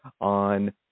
on